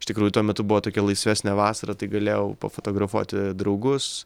iš tikrųjų tuo metu buvo tokia laisvesnė vasara tai galėjau pafotografuoti draugus